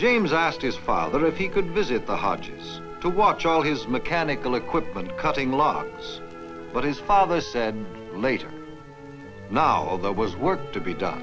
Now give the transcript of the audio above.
james asked his father if he could visit the hodges to watch all his mechanical equipment cutting logs but his father said later knol that was work to be done